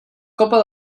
copa